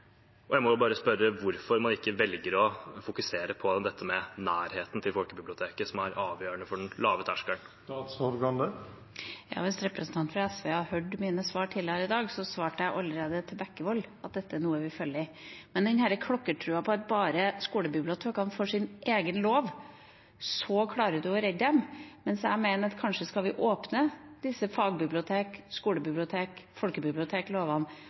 og jeg må bare spørre: Hvorfor velger man ikke å fokusere på dette med nærheten til folkebiblioteket, som er avgjørende for den lave terskelen? Hvis representanten fra SV hadde hørt mine svar tidligere i dag, svarte jeg allerede til Bekkevold at dette er noe vi følger. Men her er det en klokkertro på at bare skolebibliotekene får sin egen lov, klarer man å redde dem, mens jeg mener at kanskje skal man åpne disse fagbibliotek-, skolebibliotek-